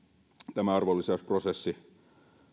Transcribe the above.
tämä arvonlisäysprosessi